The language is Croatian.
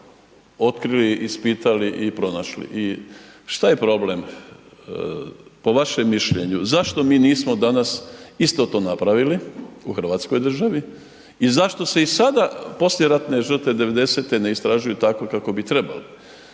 otkrili, ispitali i pronašli i šta je problem po vašem mišljenju, zašto mi nismo danas isto to napravili u hrvatskoj državi i zašto se i sada poslijeratne žrtve 90.-te ne istražuju tako kako bi trebali?